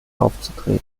aufzutreten